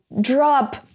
drop